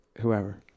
whoever